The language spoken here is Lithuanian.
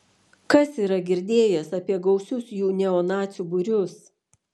kas yra girdėjęs apie gausius jų neonacių būrius